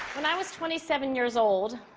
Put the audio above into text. when i was twenty seven years old,